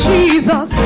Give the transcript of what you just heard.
Jesus